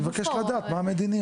אני מבקש לדעת מה המדיניות.